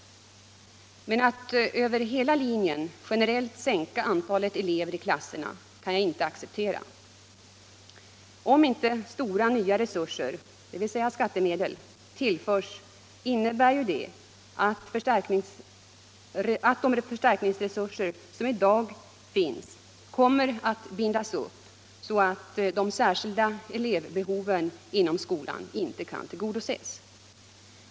Men att över hela linjen generellt sänka antalet elever i klasserna kan vi inte acceptera. Om inte stora nya resurser, dvs. skattemedel, tillförs innebär ju det att de förstärkningsresurser som i dag finns kommer att bindas upp så att de särskilda elevbehoven inom skolan inte kan tillgodoses.